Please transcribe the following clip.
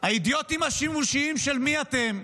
האידיוטים השימושיים של מי אתם,